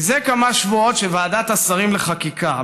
זה כמה שבועות שוועדת השרים לחקיקה,